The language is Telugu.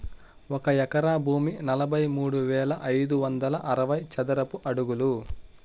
ఒక ఎకరా భూమి నలభై మూడు వేల ఐదు వందల అరవై చదరపు అడుగులు